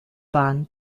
bahn